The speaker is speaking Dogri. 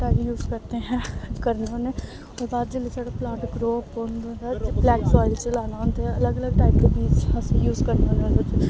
यूज करते हैं करने होन्ने ओह्दे बाद जेल्लै साढ़ा प्लांट ग्रो होंदा ते ब्लैक सायल च लाना होंदा अलग अलग टाइप दे बीज अस यूज करने होन्ने ओह्दे च